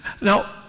Now